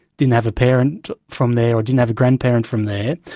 didn't have a parent from there or didn't have a grandparent from there,